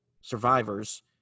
survivors